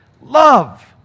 Love